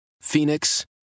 Phoenix